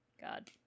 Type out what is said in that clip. God